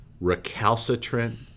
recalcitrant